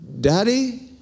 Daddy